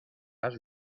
has